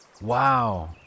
Wow